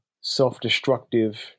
self-destructive